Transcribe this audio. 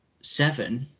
seven